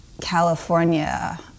california